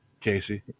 Casey